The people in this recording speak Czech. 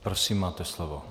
Prosím, máte slovo.